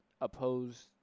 oppose